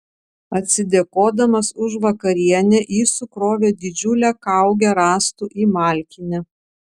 atsidėkodamas už vakarienę jis sukrovė didžiulę kaugę rąstų į malkinę